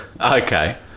Okay